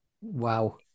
wow